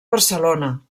barcelona